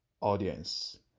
audience